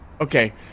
Okay